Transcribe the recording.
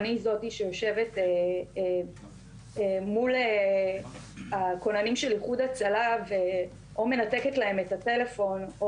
אני זאתי שיושבת מול הכוננים של איחוד הצלה ו- או מנתקת להם את הטלפון,